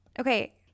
Okay